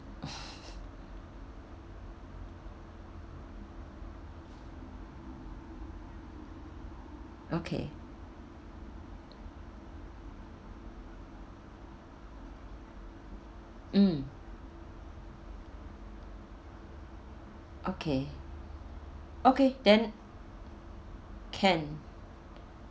okay mm okay okay then can